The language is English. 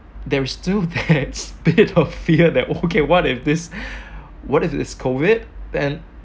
there is still that bit of fear that okay what if this what if this is COVID then